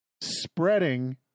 spreading